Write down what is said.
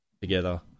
together